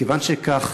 מכיוון שכך,